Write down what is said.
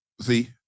See